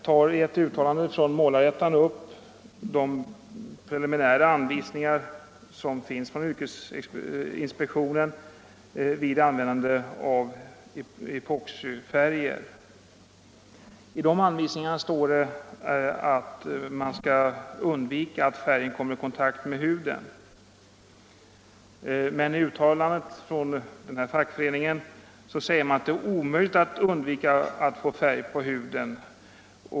I ett uttalande från Målarettan tar man sålunda upp de preliminära anvisningar som yrkesinspektionen har utfärdat när det gäller användningen av epoxifärger. I de anvisningarna står det att man skall undvika att färgen kommer i kontakt med huden, men i uttalandet från nämnda fackförening framhåller man att det är omöjligt att undvika få färg på huden.